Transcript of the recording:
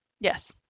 Yes